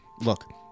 Look